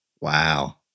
Wow